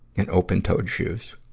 and open-toed shoes.